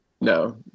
no